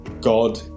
God